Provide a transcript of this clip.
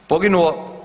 Poginuo.